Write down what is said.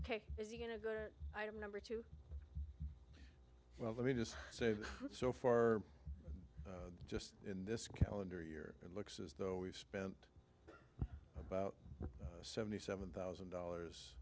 ok i remember too well let me just say so far just in this calendar year it looks as though we've spent about seventy seven thousand dollars